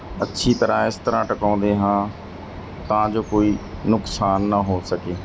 ਅੱਛੀ ਤਰ੍ਹਾਂ ਇਸ ਤਰ੍ਹਾਂ ਟਿਕਾਉਂਦੇ ਹਾਂ ਤਾਂ ਜੋ ਕੋਈ ਨੁਕਸਾਨ ਨਾ ਹੋ ਸਕੇ